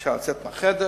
אפשר לצאת מהחדר.